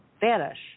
vanish